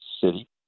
city